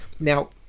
Now